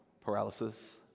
paralysis